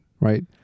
Right